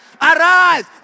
Arise